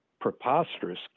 preposterous